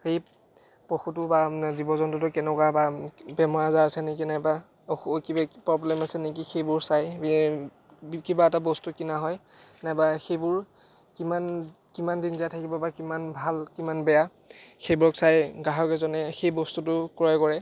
সেই পশুটো বা জীৱ জন্তুটো কেনেকুৱা বা বেমাৰ আজাৰ আছে নেকি নাইবা অসু কিবা কি প্ৰব্লেম আছে নেকি সেইবোৰ চাই কিবা এট বস্তু কিনা হয় নাইবা সেইবোৰ কিমান কিমান দিন জীয়াই থাকিব বা কিমান ভাল কিমান বেয়া সেইবোৰক চাই গ্ৰাহক এজনে সেই বস্তুটো ক্ৰয় কৰে